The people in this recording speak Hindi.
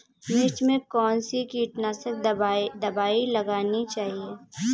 मिर्च में कौन सी कीटनाशक दबाई लगानी चाहिए?